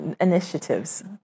initiatives